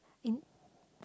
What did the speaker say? in